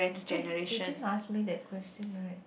eh you just ask me that question right